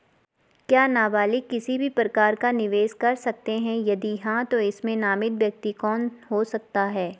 क्या नबालिग किसी भी प्रकार का निवेश कर सकते हैं यदि हाँ तो इसमें नामित व्यक्ति कौन हो सकता हैं?